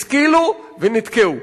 השכילו ונתקעו.